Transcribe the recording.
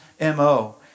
MO